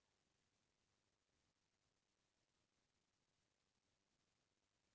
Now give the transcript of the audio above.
पेड़ पउधा मन सुरूज के परकास ले भोजन पाथें